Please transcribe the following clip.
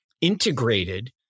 integrated